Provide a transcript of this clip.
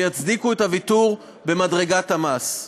ויצדיקו את הוויתור במדרגת המס.